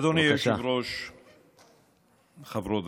חצי מחבריי